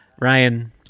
Ryan